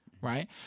Right